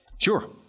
Sure